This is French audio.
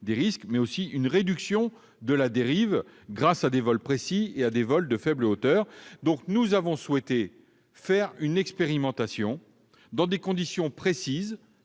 des risques et la réduction de la dérive, grâce à des vols précis et de faible hauteur. Nous avons souhaité faire une expérimentation dans des conditions précises,